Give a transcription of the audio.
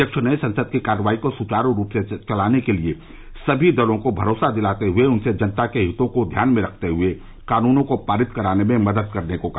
अध्यक्ष ने संसद की कार्यवाही को सुचारू रूप से चलाने के लिए सभी दलों को भरोसा दिलाते हुए उनसे जनता के हितों को ध्यान में रखर्त हुए कानूनों को पारित कराने में मदद करने को कहा